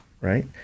right